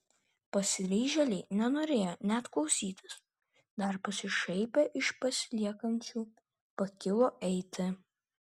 pasiryžėliai nenorėjo net klausytis dar pasišaipę iš pasiliekančių pakilo eiti